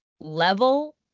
level